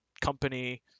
company